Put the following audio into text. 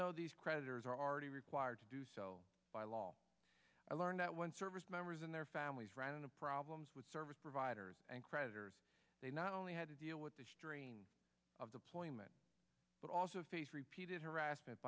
though these creditors are already required by law i learned that one service members and their families ran into problems with service providers and creditors they not only had to deal with the strain of the ploy but also face repeated harassment